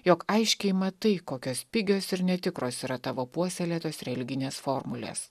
jog aiškiai matai kokios pigios ir netikros yra tavo puoselėtos religinės formulės